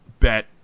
bet